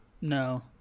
No